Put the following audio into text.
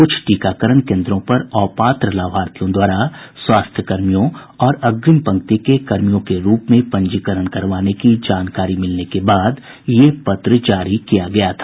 कुछ टीककरण केंद्रों पर अपात्र लाभार्थियों द्वारा स्वास्थ्य कर्मियों और अग्रिम पंक्ति के कर्मियों के पंजीकरण करावाने की जानकारी मिलने के बाद यह पत्र जारी किया गया था